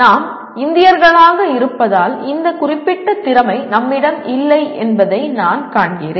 நாம் இந்தியர்களாக இருப்பதால் இந்த குறிப்பிட்ட திறமை நம்மிடம் இல்லை என்பதை நான் காண்கிறேன்